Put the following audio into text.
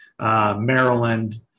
Maryland